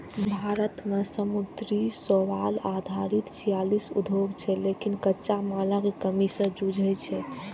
भारत मे समुद्री शैवाल आधारित छियालीस उद्योग छै, लेकिन कच्चा मालक कमी सं जूझै छै